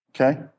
Okay